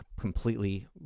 completely